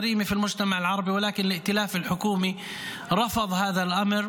החברה הערבית או למיגור הפשיעה והאלימות,